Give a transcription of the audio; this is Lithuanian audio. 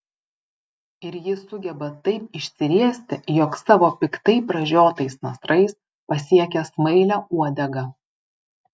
ir ji sugeba taip išsiriesti jog savo piktai pražiotais nasrais pasiekia smailią uodegą